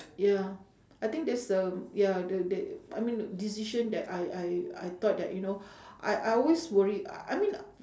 ya I think that's the ya the th~ I mean decision that I I I thought that you know I I always worried I mean